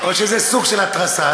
או שזה סוג של התרסה.